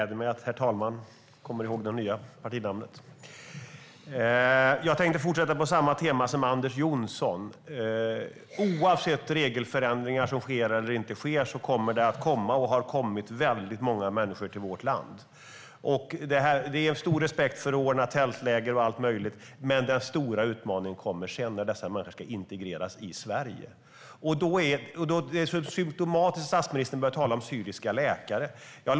Herr talman! Jag tänkte fortsätta på det tema som Anders W Jonsson tog upp. Oavsett om regelförändringar sker eller inte har det kommit och kommer det att komma väldigt många människor till vårt land. Jag har stor respekt för att man ordnar tältläger och allt möjligt, men den stora utmaningen kommer därefter, när dessa människor ska integreras i Sverige. Det är symtomatiskt att statsministern talar om syriska läkare.